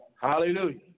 Hallelujah